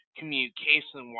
communication